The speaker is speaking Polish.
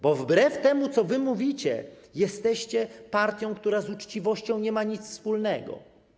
bo wbrew temu, co wy mówicie, jesteście partią, która z uczciwością nie ma nic wspólnego.